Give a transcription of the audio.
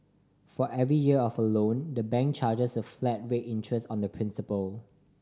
for every year of a loan the bank charges a flat rate interest on the principal